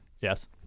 yes